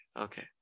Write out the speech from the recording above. Okay